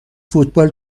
فوتبال